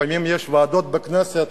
לפעמים ועדות בכנסת